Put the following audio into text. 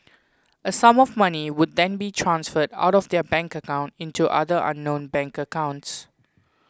a sum of money would then be transferred out of their bank account into other unknown bank accounts